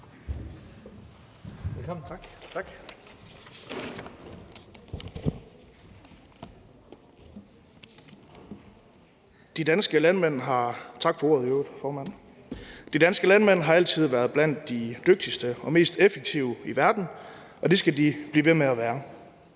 De danske landmænd har altid været blandt de dygtigste og mest effektive i verden, og det skal de blive ved med at være.